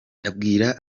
abwira